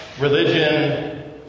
religion